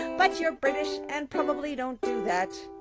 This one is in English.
but you're british and probably don't do that,